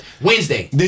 Wednesday